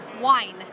wine